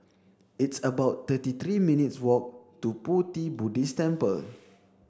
it's about thirty three minutes walk to Pu Ti Buddhist Temple